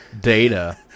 ...data